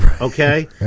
Okay